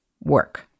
work